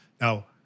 Now